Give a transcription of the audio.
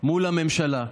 מול הממשלה,